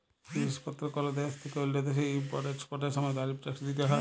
জিলিস পত্তর কল দ্যাশ থ্যাইকে অল্য দ্যাশে ইম্পর্ট এক্সপর্টের সময় তারিফ ট্যাক্স দ্যিতে হ্যয়